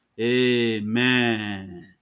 Amen